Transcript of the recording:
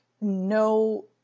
No